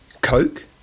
Coke